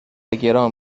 گران